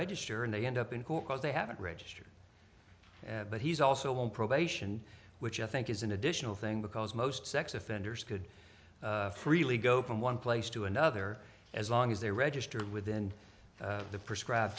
register and they end up in court cause they haven't registered but he's also on probation which i think is an additional thing because most sex offenders could freely go from one place to another as long as they register within the prescribe